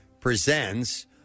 presents